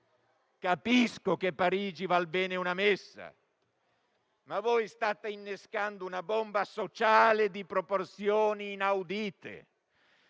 Capisco che Parigi val bene una messa, ma voi state innescando una bomba sociale di proporzioni inaudite.